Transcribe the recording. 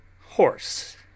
horse